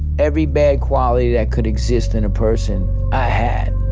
every bad quality that could exist in a person i had.